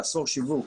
לאסור שיווק,